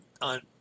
on